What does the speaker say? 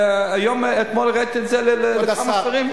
ואתמול הראיתי את זה לכמה שרים.